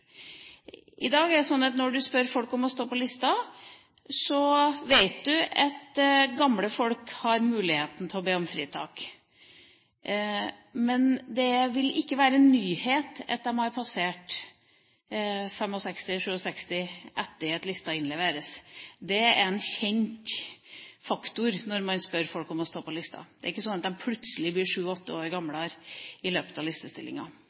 I dag er det sånn at når du spør folk om å stå på lista, vet du at gamle folk har muligheten til å be om fritak. Men det vil ikke være en nyhet at de har passert 65 eller 67 etter at lista innleveres. Det er en kjent faktor når man spør folk om å stå på lista. Det er ikke sånn at de plutselig blir sju–åtte år eldre i løpet av listestillinga.